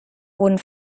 wurden